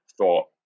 thought